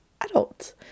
adult